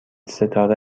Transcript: ستاره